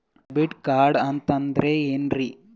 Debit card ಅಂತಂದ್ರೆ ಏನ್ರೀ?